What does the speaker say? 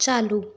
चालू